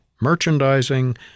merchandising